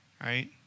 right